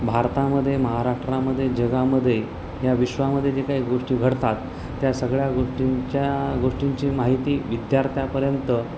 भारतामध्ये महाराष्ट्रामध्ये जगामध्ये ह्या विश्वामध्ये जे काही गोष्टी घडतात त्या सगळ्या गोष्टींच्या गोष्टींची माहिती विद्यार्थ्यापर्यंत